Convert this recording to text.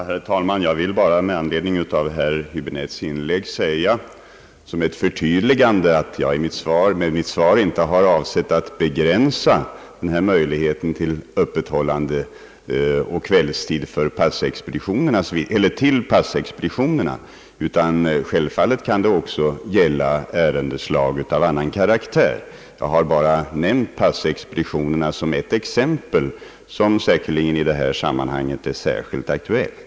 Herr talman! Jag vill bara med anledning av herr Häöäbinettes inlägg säga som ett förtydligande att jag med mitt svar inte har avsett att till passexpeditionerna begränsa denna möjlighet till öppethållande på kvällstid, utan självfallet kan det också gälla ärenden av annan karaktär. Jag har bara nämnt passexpeditionerna som ett exempel som säkerligen är särskilt aktuellt i sammanhanget. a) i skrivelse till Kungl. Maj:t anhålla om skyndsam utredning av frågan om en sådan utformning av beskattningssystemet, att detsamma kunde användas i den aktiva lokaliseringspolitikens syfte; och